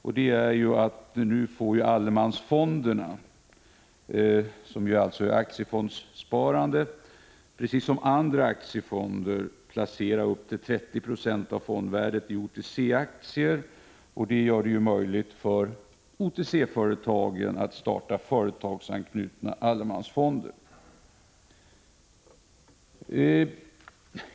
Allemansfonderna, som är aktiefondssparande, får nu, precis som andra aktiefonder, placera upp till 30 26 av fondvärdet i OTC-aktier. Det gör det möjligt för OTC-företagen att starta företagsanknutna allemansfonder.